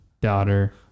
daughter